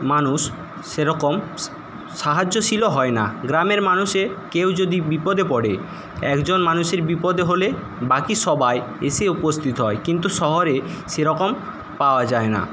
মানুষ সেরকম সাহায্যশীলও হয় না গ্রামের মানুষে কেউ যদি বিপদে পড়ে একজন মানুষের বিপদ হলে বাকি সবাই এসে উপস্থিত হয় কিন্তু শহরে সেরকম পাওয়া যায় না